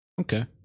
Okay